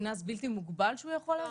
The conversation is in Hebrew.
קנס בלתי מוגבל שהוא יכול להשית?